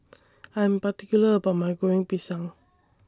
I Am particular about My Goreng Pisang